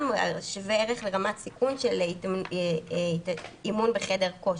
שווה ערך לרמת סיכון של אימון בחדר כושר,